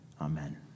Amen